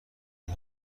این